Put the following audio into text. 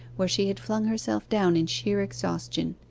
where she had flung herself down in sheer exhaustion.